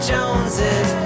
Joneses